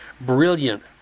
brilliant